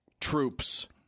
troops